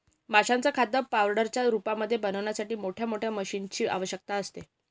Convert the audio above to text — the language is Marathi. माशांचं खाद्य पावडरच्या रूपामध्ये बनवण्यासाठी मोठ मोठ्या मशीनीं ची आवश्यकता असते